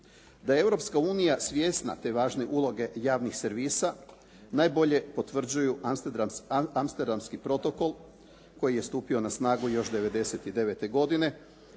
Da je Europska unija svjesna te važne uloge javnih servisa, najbolje potvrđuju Amsterdamski protokol koji je stupio na snagu još '99. godine,